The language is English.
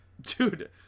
dude